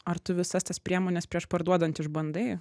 ar tu visas tas priemones prieš parduodant išbandai